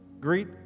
Greet